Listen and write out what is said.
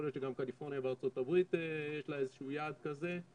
יכול להיות שגם לקליפורניה בארה"ב יש איזה שהוא יעד כזה.